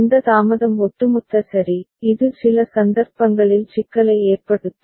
இந்த தாமதம் ஒட்டுமொத்த சரி இது சில சந்தர்ப்பங்களில் சிக்கலை ஏற்படுத்தும்